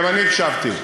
תקשיבי.